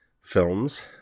films